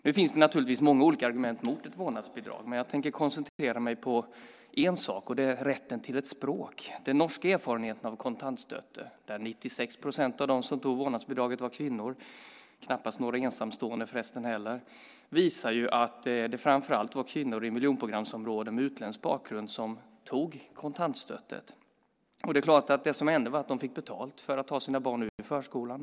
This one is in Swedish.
Nu finns det naturligtvis många olika argument mot ett vårdnadsbidrag, men jag tänker koncentrera mig på en sak, nämligen rätten till ett språk. Den norska erfarenheten av kontantstøtte , där 96 procent av dem som tog vårdnadsbidraget var kvinnor, knappast några ensamstående, visar att det framför allt var kvinnor i miljonprogramsområden med utländsk bakgrund som tog kontantstøtte . Det som hände var att de fick betalt för att ta sina barn ur förskolan.